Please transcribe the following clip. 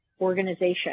organization